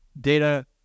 data